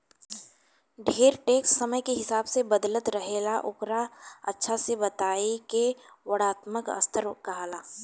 ढेरे टैक्स समय के हिसाब से बदलत रहेला ओकरे अच्छा से बताए के वर्णात्मक स्तर कहाला